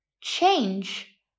change